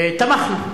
תמכנו.